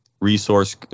resource